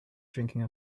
drinking